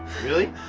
really?